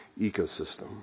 ecosystem